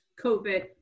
COVID